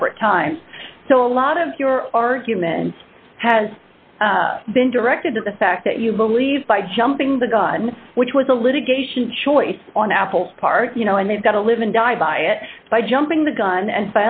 separate times so a lot of your argument has been directed to the fact that you believe by jumping the gun which was a litigation choice on apple's part you know and they've got to live and die by it by jumping the gun and